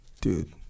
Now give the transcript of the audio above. dude